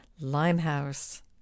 Limehouse